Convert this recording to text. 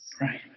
Right